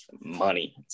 money